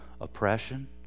oppression